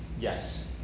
Yes